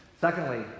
Secondly